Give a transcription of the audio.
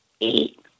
Eight